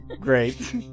Great